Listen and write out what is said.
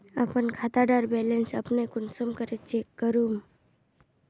अपना खाता डार बैलेंस अपने कुंसम करे चेक करूम?